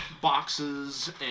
boxes